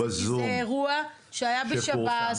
כי זה אירוע שהיה בשב"ס.